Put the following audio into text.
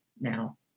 now